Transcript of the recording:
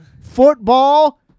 football